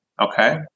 Okay